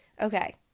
Okay